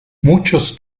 muchos